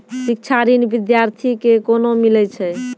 शिक्षा ऋण बिद्यार्थी के कोना मिलै छै?